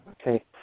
Okay